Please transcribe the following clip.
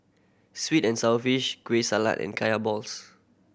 sweet and sour fish Kueh Salat and Kaya balls